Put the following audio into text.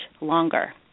longer